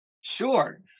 Sure